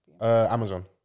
Amazon